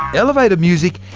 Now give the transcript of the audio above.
elevator music,